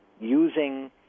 using